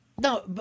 No